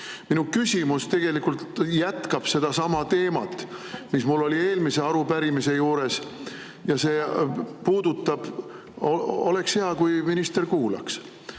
Minu küsimus tegelikult jätkab sedasama teemat, mis mul oli eelmise arupärimise ajal, ja see puudutab … Oleks hea, kui minister kuulaks.